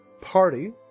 party